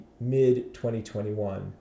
mid-2021